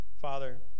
Father